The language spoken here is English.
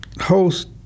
host